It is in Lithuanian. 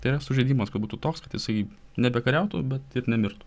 tai yra sužeidimas kad būtų toks kad jisai nebekariautų bet ir nemirtų